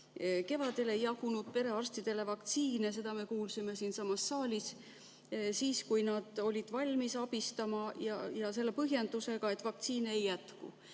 Kevadel ei jagunud perearstidele vaktsiine, seda me kuulsime siinsamas saalis. Siis, kui nad olid valmis abistama, toodi põhjenduseks, et vaktsiine ei jätku.